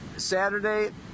Saturday